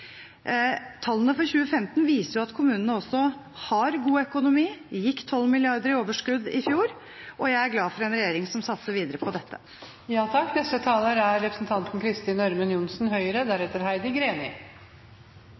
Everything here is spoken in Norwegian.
Tallene for 2015 viser at kommunene har god økonomi. De gikk med et overskudd på 12 mrd. kr i fjor. Jeg er glad for at vi har en regjering som satser videre på dette.